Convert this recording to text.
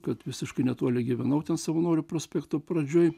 kad visiškai netoli gyvenau ten savanorių prospekto pradžioj